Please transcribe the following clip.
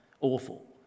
Awful